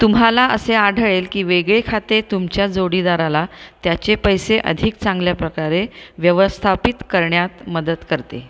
तुम्हाला असे आढळेल की वेगळे खाते तुमच्या जोडीदाराला त्याचे पैसे अधिक चांगल्या प्रकारे व्यवस्थापित करण्यात मदत करते